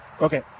Okay